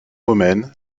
romaine